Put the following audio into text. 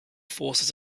forces